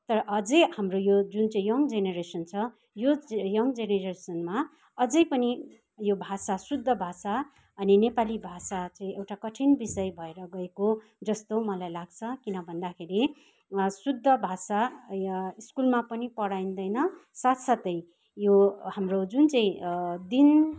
तर अझै हाम्रो यो जुन चाहिँ यो यङ जेनरेसन छ यो यङ जेनरेसनमा अझै पनि यो भाषा शुद्ध भाषा अनि नेपाली भाषा चाहिँ एउटा कठिन विषय भएर गएको जस्तो मलाई लाग्छ किन भन्दाखेरि शुद्ध भाषा स्कुलमा पनि पढाइँदैन साथ साथै यो हाम्रो जुन चैँ दिन